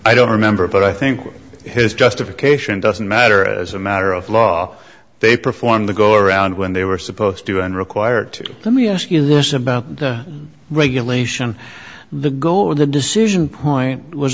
i don't remember but i think his justification doesn't matter as a matter of law they perform the go around when they were supposed to and required to let me ask you this about the regulation the goal of the decision point was